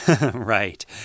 Right